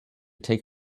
take